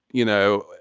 you know,